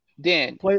Dan